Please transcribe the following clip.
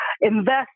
invest